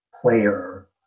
player